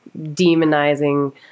demonizing